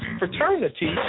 fraternity